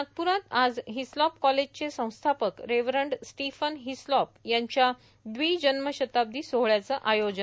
नागपुरात आज हिस्लॉप कॉलेजचे संस्थापक रेव्हरंड स्टिफन हिस्लॉप यांच्या द्विजन्मशताब्दी सोहळ्याचं आयोजन